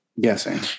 Guessing